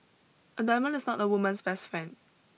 a diamond is not a woman's best friend